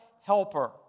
Helper